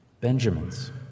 Benjamin's